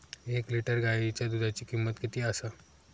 एक लिटर गायीच्या दुधाची किमंत किती आसा?